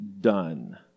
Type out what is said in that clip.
done